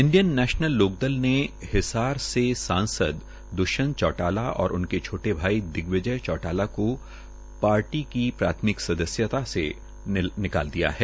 Indian National Lokdal ने हिसार से सांसद दृष्यंत चौटाला और उनके छोटे भाई दिग्विजय चौटाला को पार्टी की प्राथमिक सदस्यता से निकाल दिया है